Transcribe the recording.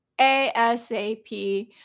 ASAP